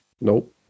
Nope